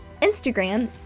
Instagram